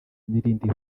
n’irindi